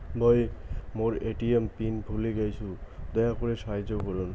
মুই মোর ATM PIN ভুলে গেইসু, দয়া করি সাহাইয্য করুন